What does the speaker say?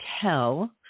tell